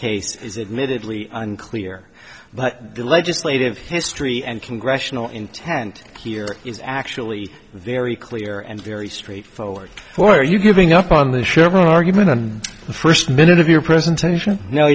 case is admittedly unclear but the legislative history and congressional intent here is actually very clear and very straightforward for you giving up on the chevron argument in the first minute of your presentation no